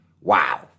wow